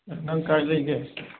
ꯅꯪ ꯀꯥꯏ ꯂꯩꯒꯦ